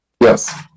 yes